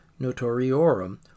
notoriorum